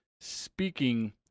speaking